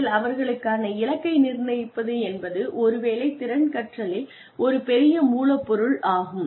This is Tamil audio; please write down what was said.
இதில் அவர்களுக்கான இலக்கை நிர்ணயிப்பது என்பது ஒருவேளை திறன் கற்றலின் ஒரு பெரிய மூலப்பொருள் ஆகும்